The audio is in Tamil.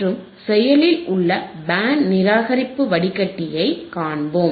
மற்றும் செயலில் உள்ள பேண்ட் நிராகரிப்பு வடிகட்டியை காண்போம்